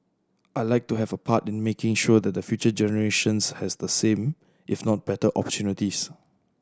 I like to have a part in making sure that the future generations has the same if not better opportunities